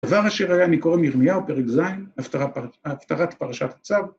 דבר אשר היה, מקרוא ירמיהו פרק ז', הפטרת פרשת הצו.